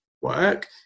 work